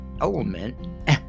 element